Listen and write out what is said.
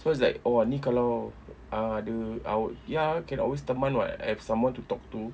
so it's like !wah! ini kalau a~ ada uh ya can always teman [what] like someone to talk to